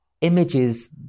Images